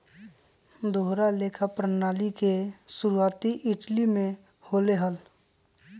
दोहरा लेखा प्रणाली के शुरुआती इटली में होले हल